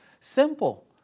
Simple